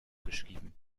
geschrieben